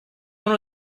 uno